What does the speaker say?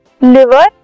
liver